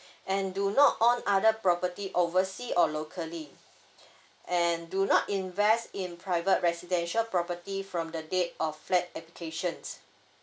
and do not own other property oversea or locally and do not invest in private residential property from the date of flat applications